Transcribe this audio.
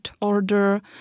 order